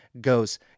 goes